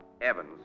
Evans